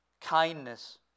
Kindness